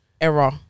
error